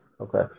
Okay